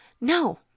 No